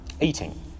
eating